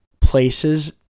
places